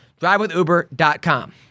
Drivewithuber.com